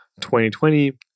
2020